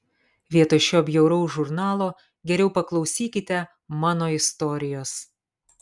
vietoj šio bjauraus žurnalo geriau paklausykite mano istorijos